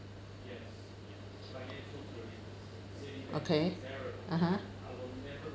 okay (uh huh)